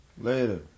Later